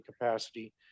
capacity